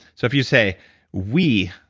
so if you say we,